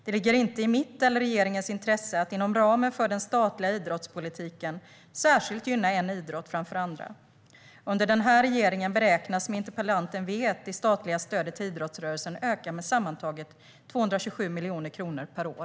Det ligger inte i mitt eller regeringens intresse att inom ramen för den statliga idrottspolitiken särskilt gynna en idrott framför andra. Under den här regeringen beräknas, som interpellanten vet, det statliga stödet till idrottsrörelsen öka med sammantaget 227 miljoner kronor per år.